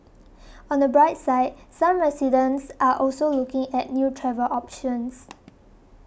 on the bright side some residents are also looking at new travel options